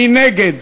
מי נגד?